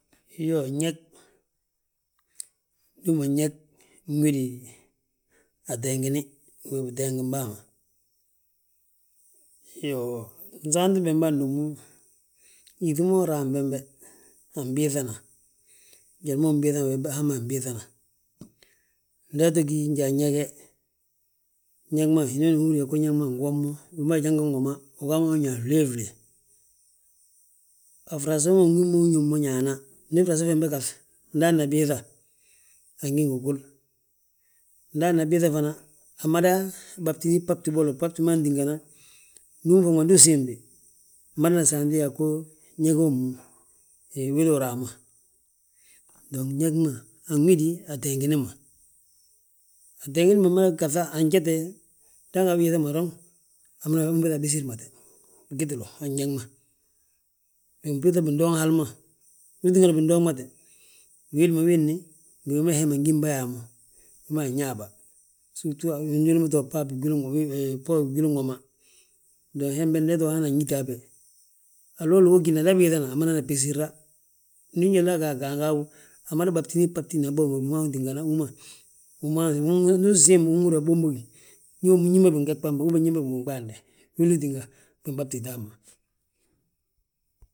Iyoo, gñég, ndu ugí mo ñég nwidi ateegini hu biteengim bàa ma? Iyoo, nsaanti bembe handomu, gyíŧi ma uraam bembe, anbiiŧana njali ma inbiiŧa ma bembe hamma anbiiŧana. Nda ato gí njan ñég he, ñég ma, hinooni húri yaa ñég ma angi wom mo, wi ma ajangan woma, uga ma wi ñaa flee flee. A frasa ma, ungi ma wi ñób mo ñaana, ndi frasa fembe gaŧ, nda ana biiŧa angi ngi gul. Nda ana biiŧa fana amada batini bbati bolo, bbati man tingana, uma faŋ ma ndu usiim bi. Bmadana saanti yaa ñég hommu wilu raama. Dong ñég ma anwidi ateengini ma. Ateengini ma mada gaŧa anjete, ndango abiiŧa ma doroŋ, bires, umbiiŧa abesirmate, wi gitilu a gñég ma. Binbiiŧa bindoŋ hal ma, wi tingani bindoŋ ma te, biwidi ma widni, ngi wi ma hee ma ngim bà yaa mo. Wi ma anñaa bà, surtu ndi gwil ma to bbab a bboorin gwilin woma. Dong hembe ndi he to hana añiti habe, haloolo wo gíni nda abiiŧina amadana besirra, ndi njalla aga a gangi habo. Amada batini bbati bommu, wi ma tíngana hú ma, uman, ndu usiim, unhúri yaa mbombogi, ñómmu ñi mee binge bommu, uben, ñi mee binɓaande. Wilu tínga, binɓabti hamma.